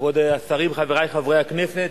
כבוד השרים, חברי חברי הכנסת,